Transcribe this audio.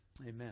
amen